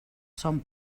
són